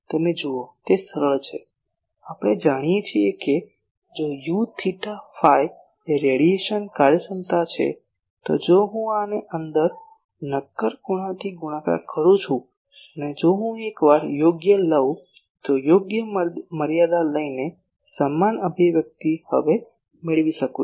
તમે જુઓ તે સરળ છે આપણે જાણીએ છીએ કે જો u થેટા ફાઈ એ રેડિયેશન કાર્યક્ષમતા છે તો જો હું આને નક્કર ખૂણાથી ગુણાકાર કરું છું અને જો હું એક વાર યોગ્ય લેઉં તો યોગ્ય મર્યાદા લઈને સમાન અભિવ્યક્તિ હવે મેળવી શકું છું